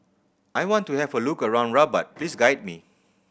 I want to have a look around Rabat please guide me